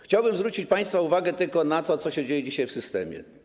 Chciałbym zwrócić państwa uwagę tylko na to, co się dzieje dzisiaj w systemie.